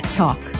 talk